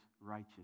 righteous